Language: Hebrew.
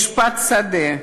משפט שדה,